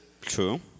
True